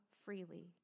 freely